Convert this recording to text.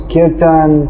Kirtan